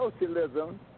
socialism